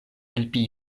helpi